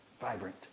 vibrant